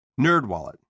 NerdWallet